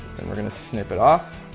then we're going to snip it off.